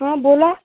हं बोला